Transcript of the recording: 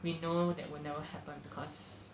we know that will never happen because